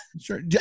sure